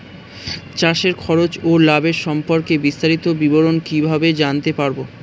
চাষে খরচ ও লাভের সম্পর্কে বিস্তারিত বিবরণ কিভাবে জানতে পারব?